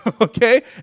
okay